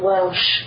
Welsh